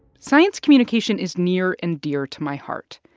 science communication is near and dear to my heart.